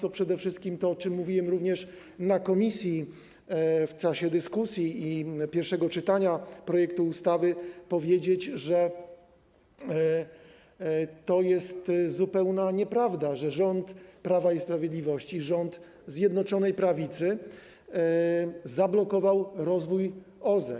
Chcę przede wszystkim - to, o czym mówiłem również na posiedzeniu komisji, w czasie dyskusji i pierwszego czytania projektu ustawy - powiedzieć, że to jest zupełna nieprawda, że rząd Prawa i Sprawiedliwości, rząd Zjednoczonej Prawicy zablokował rozwój OZE.